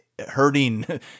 hurting